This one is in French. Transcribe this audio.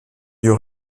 lieu